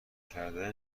کردن